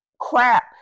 crap